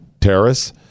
terrorists